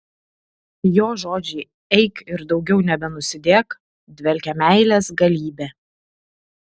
jo žodžiai eik ir daugiau nebenusidėk dvelkia meilės galybe